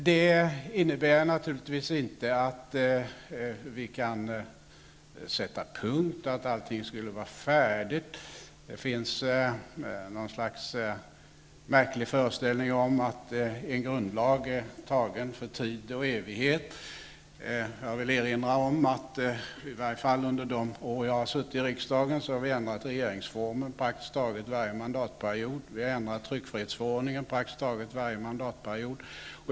Det innebär naturligtvis inte att vi kan sätta punkt och att allt skulle vara färdigt. Det finns någon märklig föreställning om att en grundlag är tagen för tid och evighet. Jag vill erinra om att i varje fall under de år jag har suttit i riksdagen har förändringar i regeringsformen och även i tryckfrihetsförordningen genomförts praktiskt taget varje mandatperiod.